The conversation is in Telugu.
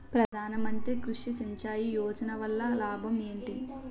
ప్రధాన మంత్రి కృషి సించాయి యోజన వల్ల లాభం ఏంటి?